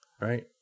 Right